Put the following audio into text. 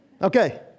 Okay